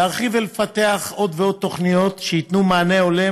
להרחיב ולפתח עוד ועוד תוכניות שייתנו מענה הולם